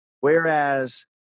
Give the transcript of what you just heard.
Whereas